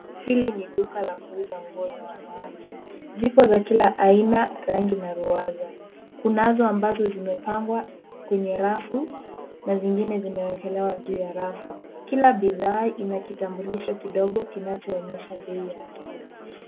Hili ni duka la kuuza nguo za wanawake. Zipo za kila aina, rangi na ruwadha. Kunazo ambazo zimepangwa kwenye rafu na zingine zimewekelewa juu ya rafu. Kila bidhaa ina kitambulisho kidogo kinachoonyesha bei yake.